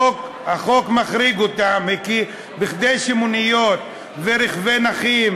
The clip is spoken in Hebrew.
החוק מחריג אותם כדי שמוניות ורכבי נכים